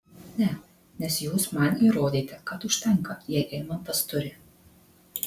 ne nes jūs man įrodėte kad užtenka jei eimantas turi